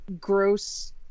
gross